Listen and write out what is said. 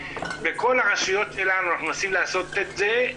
בכל הרשויות שלנו אנחנו מנסים לעשות את זה,